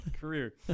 career